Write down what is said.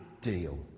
deal